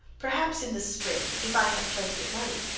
perhaps in the spring, if i have plenty of money,